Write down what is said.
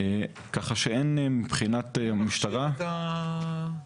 ככה שמבחינת המשטרה --- מי מכשיר אותם?